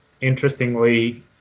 interestingly